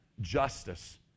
justice